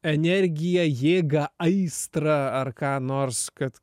energiją jėgą aistrą ar ką nors kad